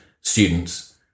students